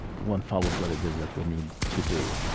one follows what it is that we need to do.